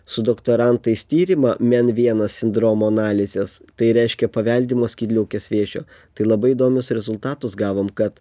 su doktorantais tyrimą men vienas sindromo analizės tai reiškia paveldimo skydliaukės vėžio tai labai įdomius rezultatus gavom kad